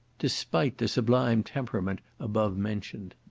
despite the sublime temperament above-mentioned.